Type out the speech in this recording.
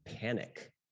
panic